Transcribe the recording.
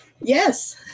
yes